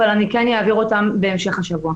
אבל אני כן אעביר אותם בהמשך השבוע.